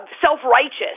self-righteous